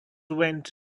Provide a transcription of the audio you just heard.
went